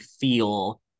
feel